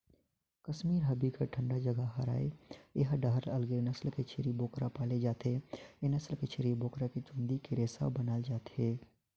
कस्मीर ह बिकट ठंडा जघा हरय ए डाहर अलगे नसल के छेरी बोकरा पाले जाथे, ए नसल के छेरी बोकरा के चूंदी के रेसा बनाल जाथे